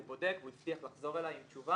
הוא בודק והוא הבטיח לחזור אלי עם תשובה.